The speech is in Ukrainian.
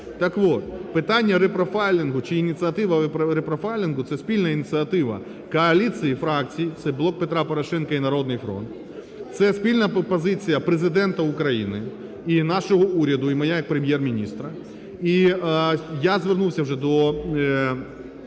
Так от питання репрофайлінгу чи ініціатива репрофайлінгу – це спільна ініціатива коаліції фракцій, це "Блок Петра Порошенка" і "Народний фронт", це спільна позиція Президента України і нашого уряду, і моя як Прем'єр-міністра. І я звернувся вже до